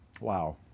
Wow